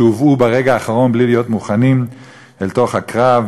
שהובאו ברגע האחרון בלי להיות מוכנים אל תוך הקרב,